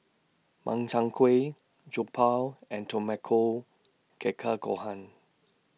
Makchang Gui Jokbal and Tamago Gohan